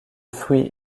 fruit